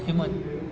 એમ જ